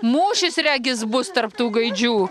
mūšis regis bus tarp tų gaidžių